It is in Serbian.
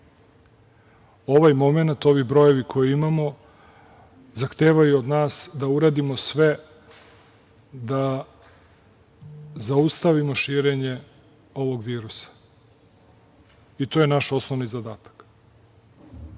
Ovaj momenat, ovi brojevi koje imamo zahtevaju od nas da uradimo sve da zaustavimo širenje ovog virusa i to je naš osnovni zadatak.